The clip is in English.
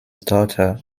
daughter